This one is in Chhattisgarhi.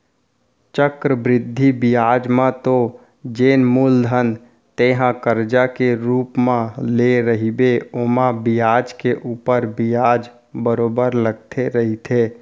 चक्रबृद्धि बियाज म तो जेन मूलधन तेंहा करजा के रुप म लेय रहिबे ओमा बियाज के ऊपर बियाज बरोबर लगते रहिथे